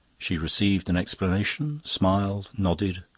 she received an explanation, smiled, nodded,